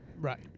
Right